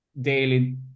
daily